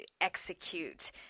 execute